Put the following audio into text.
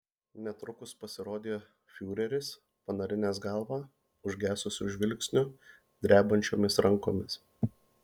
netrukus pasirodė fiureris panarinęs galvą užgesusiu žvilgsniu drebančiomis rankomis